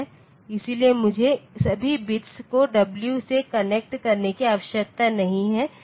इसलिए मुझे सभी बिट्स को w से कनेक्ट करने की आवश्यकता नहीं है